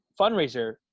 fundraiser